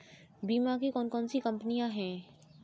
बीमा की कौन कौन सी कंपनियाँ हैं?